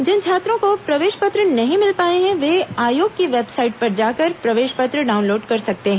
जिन छात्रों को प्रवेश पत्र नहीं मिल पाए हैं वे आयोग की वेबसाइट पर जाकर प्रवेश पत्र डाउनलोड कर सकते हैं